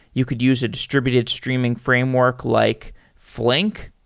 you could use a distributed streaming framework like flink.